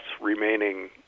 remaining